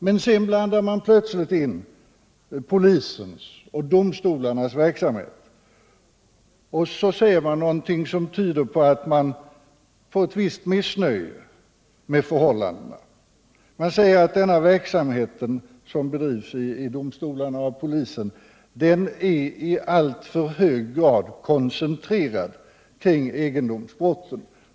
Men sedan blandar man plötsligt in polisens och domstolarnas verksamhet, och så säger man någonting som tyder på ett visst missnöje med förhållandena. Man säger att den verksamhet som bedrivs i domstolarna och av polisen är ”i alltför hög grad koncentrerad kring egendomsbrotten”.